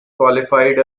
qualified